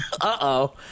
Uh-oh